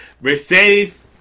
Mercedes